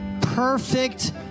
Perfect